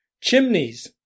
Chimneys